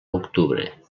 octubre